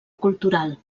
cultural